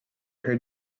her